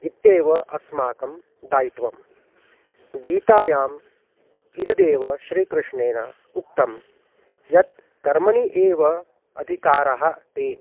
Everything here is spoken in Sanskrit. इत्येव अस्माकं दायित्वं गीतायाम् इदमेव श्रीकृष्णेन उक्तं यत् कर्मणि एव अधिकारः ते